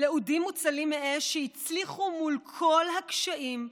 לאודים מוצלים מאש שהצליחו מול כל הקשיים,